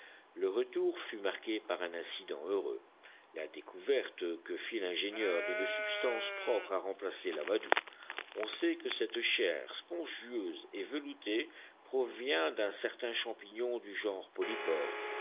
le retour fut marqué par un incident heureux la découverte que fit l'ingénieur d'une substance propre à remplacer l'amadou on sait que cette chair spongieuse et veloutée provient d'un certain champignon du genre polypore